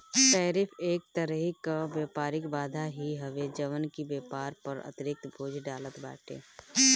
tariff एक तरही कअ व्यापारिक बाधा ही हवे जवन की व्यापार पअ अतिरिक्त बोझ डालत बाटे